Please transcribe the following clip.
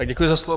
Děkuji za slovo.